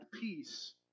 peace